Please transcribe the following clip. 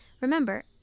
Remember